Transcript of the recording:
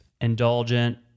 Indulgent